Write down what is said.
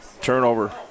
Turnover